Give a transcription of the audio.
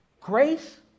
grace